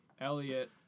Elliot